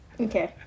Okay